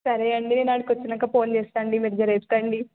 సరే అండి నేను ఆడికి వచ్చినాక ఫోన్ చేస్తాను అండి మీరు జరా ఎత్తండి